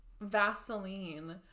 Vaseline